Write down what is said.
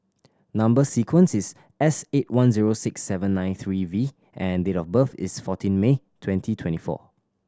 number sequence is S eight one zero six seven nine three V and date of birth is fourteen May twenty twenty four